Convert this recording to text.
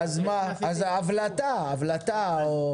הבלטה.